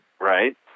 Right